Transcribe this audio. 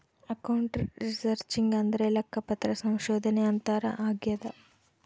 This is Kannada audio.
ಅಕೌಂಟ್ ರಿಸರ್ಚಿಂಗ್ ಅಂದ್ರೆ ಲೆಕ್ಕಪತ್ರ ಸಂಶೋಧನೆ ಅಂತಾರ ಆಗ್ಯದ